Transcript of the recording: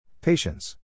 Patience